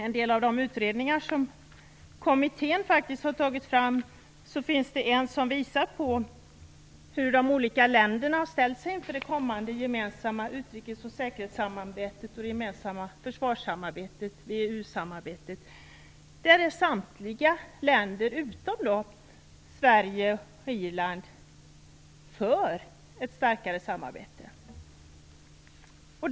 En av de utredningar som kommittén faktiskt har tagit fram visar på hur de olika länderna har ställt sig inför det kommande gemensamma utrikes och säkerhetssamarbetet och det gemensamma försvarssamarbetet, VEU-samarbetet. Samtliga länder utom Sverige och Irland är för ett starkare samarbete.